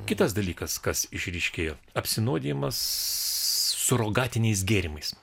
kitas dalykas kas išryškėjo apsinuodijimas surogatiniais gėrimais